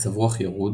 מצב רוח ירוד,